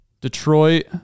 Detroit